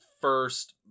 first